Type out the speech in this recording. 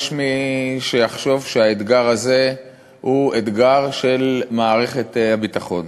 יש מי שיחשוב שהאתגר הזה הוא אתגר של מערכת הביטחון,